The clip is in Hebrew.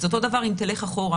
אותו דבר אם תלך אחורה,